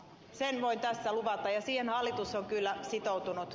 sen voin tässä luvata ja siihen hallitus on kyllä sitoutunut